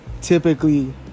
typically